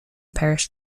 parish